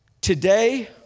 Today